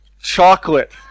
chocolate